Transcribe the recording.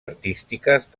artístiques